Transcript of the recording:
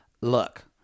look